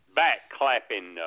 back-clapping